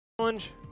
Challenge